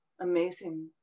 amazing